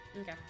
Okay